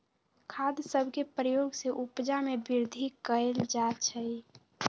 खाद सभके प्रयोग से उपजा में वृद्धि कएल जाइ छइ